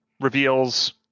reveals